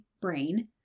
brain